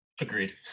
Agreed